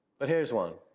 but here's one.